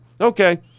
Okay